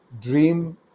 Dream